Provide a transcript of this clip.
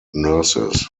nurses